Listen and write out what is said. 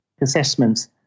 assessments